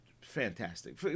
fantastic